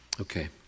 Okay